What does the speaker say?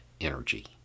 energy